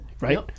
right